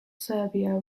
serbia